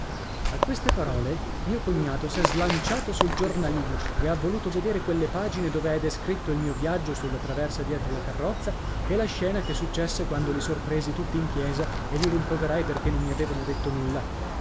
a queste parole mio cognato s'è slanciato sul giornalino e ha voluto vedere quelle pagine dove è descritto il mio viaggio sulla traversa dietro la carrozza e la scena che successe quando li sorpresi tutti in chiesa e li rimproverai perché non mi avevano detto nulla